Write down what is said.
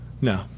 no